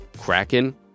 Kraken